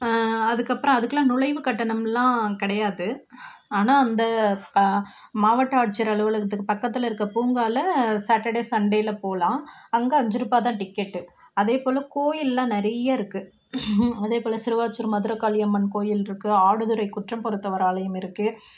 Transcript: அதுக்கப்புறம் அதுக்குகேலாம் நுழைவு கட்டணம்லாம் கிடையாது ஆனால் அந்த கா மாவட்ட ஆட்சியர் அலுவலகத்துக்கு பக்கத்தில் இருக்க பூங்காவில் சாட்டர்டே சண்டே போகலாம் அங்கே ஐந்து ரூபாய் தான் டிக்கெட்டு அதே போல கோயில்லாம் நிறைய இருக்குது அதே போல சிறுவாச்சூர் மதுரை காளியம்மன் கோயில் இருக்குது ஆடுதுறை குற்றம் பொருத்தவர் ஆலயம் இருக்குது